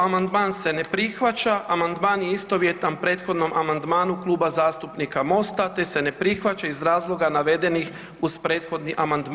Amandman se ne prihvaća, amandman je istovjetan prethodnom amandmanu Kluba zastupnika MOST-a te se ne prihvaća iz razloga navedenih uz prethodni amandman.